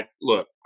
Look